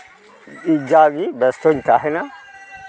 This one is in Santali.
ᱡᱟᱦᱮ ᱵᱮᱥᱛᱚᱧ ᱛᱟᱦᱮᱱᱟ